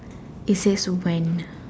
it says went